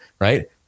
right